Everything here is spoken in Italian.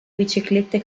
biciclette